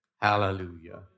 Hallelujah